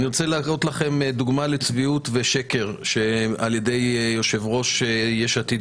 אני רוצה להראות לכם דוגמה לצביעות ושקר על ידי יושב ראש יש עתיד,